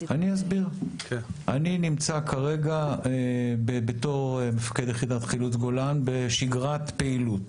אני נמצא כרגע בתור מפקד יחידת חילוץ גולן בשגרת פעילות